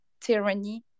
tyranny